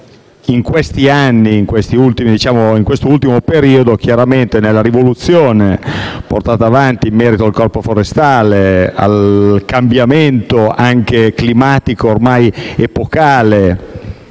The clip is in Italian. in questi anni, in quest'ultimo periodo, nella rivoluzione portata avanti in merito al Corpo forestale, al cambiamento, anche climatico, ormai epocale